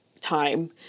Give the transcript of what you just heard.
time